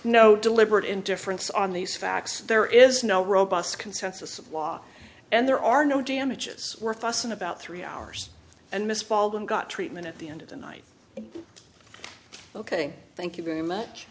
no deliberate indifference on these facts there is no robust consensus of law and there are no damages were fussin about three hours and miss baldwin got treatment at the end of the night ok thank you very much